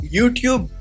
YouTube